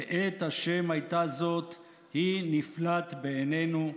'מאת השם הייתה זאת היא נפלאת בעינינו'.